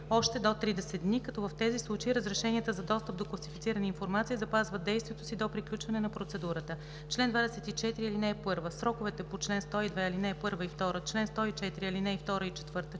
още до 30 дни, като в тези случаи разрешенията за достъп до класифицирана информация запазват действието си до приключване на процедурата. Чл. 24. (1) Сроковете по чл. 102, ал. 1 и 2, чл. 104, ал. 2 и 4,